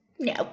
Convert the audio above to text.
No